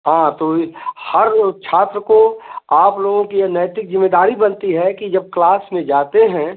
हाँ तो हर छात्र को आप लोगों की ये नैतिक जिम्मेदारी बनती है कि जब क्लास में जाते हैं